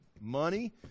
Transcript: money